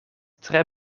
tre